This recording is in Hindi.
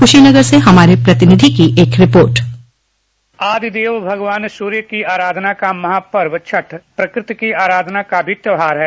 कुशीनगर से हमारे प्रतिनिधि की एक रिपोर्ट आदि देव भगवान सूर्य की आराधना का महापर्व छठ प्रकृति की आराधना का भी त्योहार है